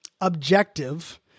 objective